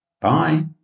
Bye